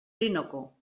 orinoco